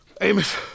Amos